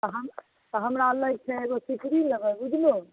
तऽ हम तऽ हमरा लए के छै एगो सीकरी लेबय बुझलहो